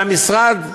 והמשרד,